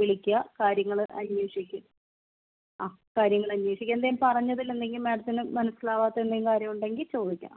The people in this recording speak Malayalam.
വിളിക്കുക കാര്യങ്ങൾ അന്വേഷിക്കുക യെസ് കാര്യങ്ങൾ അന്വേഷിക്കുക എന്തെങ്കിലും പറഞ്ഞതിൽ മാഡത്തിന് മനസ്സിലാവാത്ത എന്തെങ്കിലും കാര്യം ഉണ്ടെങ്കിൽ ചോദിക്കണം